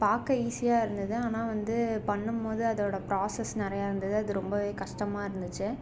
பார்க்க ஈஸியாக இருந்தது ஆனால் வந்து பண்ணும்போது அதோட ப்ராஸஸ் நிறையா இருந்தது அது ரொம்ப கஷ்டமாக இருந்துச்சு